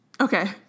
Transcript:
Okay